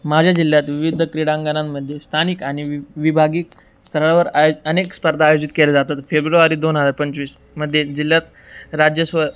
माझ्या जिल्ह्यात विविध क्रीडांगणामध्ये स्थानिक आणि वि विभागिक स्तरावर आयो अनेक स्पर्धा आयोजित केले जातात फेब्रुवारी दोन हजार पंचवीस मध्ये जिल्ह्यात राज्यस्व